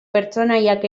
pertsonaiak